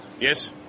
Yes